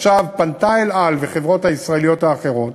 עכשיו פנתה "אל על", והחברות הישראליות האחרות,